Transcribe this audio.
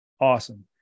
Awesome